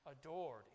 adored